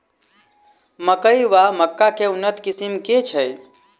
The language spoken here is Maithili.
मकई वा मक्का केँ उन्नत किसिम केँ छैय?